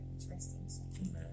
interesting